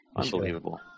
Unbelievable